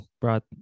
brought